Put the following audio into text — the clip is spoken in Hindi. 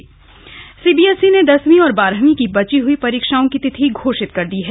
सीबीएसई परीक्षा सीबीएसई ने दसवीं और बारहवीं की बची हई परीक्षाओं की तिथि घोषित कर दी है